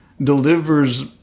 delivers